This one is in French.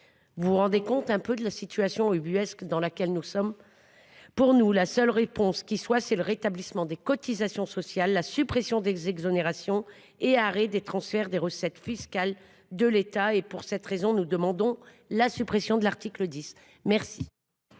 Vous rendez vous compte de la situation ubuesque dans laquelle nous sommes ? Pour nous, la seule réponse possible est le rétablissement des cotisations sociales, la suppression des exonérations et l’arrêt des transferts des recettes fiscales de l’État. Pour cette raison, nous demandons la suppression de l’article. Quel